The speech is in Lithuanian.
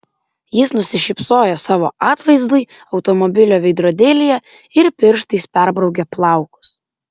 jis nusišypsojo savo atvaizdui automobilio veidrodėlyje ir pirštais perbraukė plaukus